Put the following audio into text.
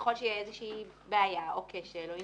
ככל שתהיה איזושהי בעיה או כשל או עניין,